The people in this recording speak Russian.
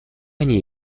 они